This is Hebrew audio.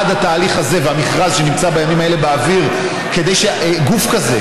עד התהליך הזה והמכרז שנמצא בימים אלה באוויר כדי שגוף כזה,